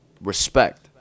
Respect